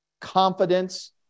confidence